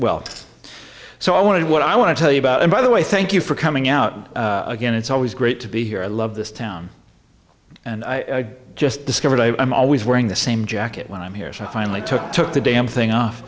well so i want to do what i want to tell you about and by the way thank you for coming out again it's always great to be here i love this town and i just discovered i'm always wearing the same jacket when i'm here so i finally took took the damn thing off